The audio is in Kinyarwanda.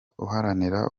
uharanira